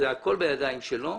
הכול בידיים שלו.